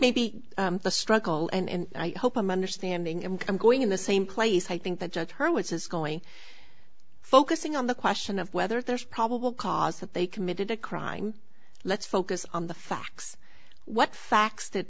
maybe the struggle and i hope i'm understanding and i'm going in the same place i think that judge her it's going focusing on the question of whether there's probable cause that they committed a crime let's focus on the facts what facts that